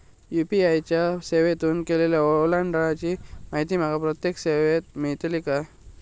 UPI च्या सेवेतून केलेल्या ओलांडाळीची माहिती माका प्रत्येक वेळेस मेलतळी काय?